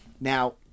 Now